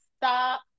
stop